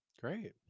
great